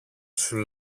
σου